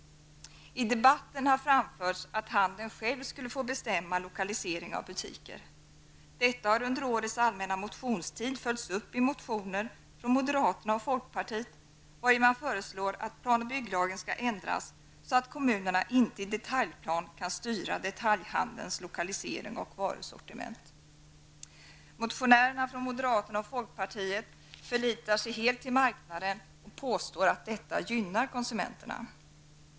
I debatten har anförts att handeln själv skulle få bestämma lokalisering av butiker. Detta har under årets allmänna motionstid följts upp i motioner från moderaterna och folkpartiet, vari man föreslår att plan och bygglagen skall ändras så att kommunerna inte i detaljplan kan styra detaljhandelns lokalisering och varusortiment. Motionärerna från moderaterna och folkpartiet förlitar sig helt på marknaden och påstår att detta gynnar konsumenterna.